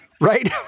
Right